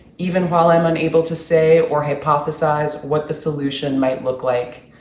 even while i'm unable to say or hypothesize what the solution might look like.